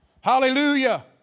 Hallelujah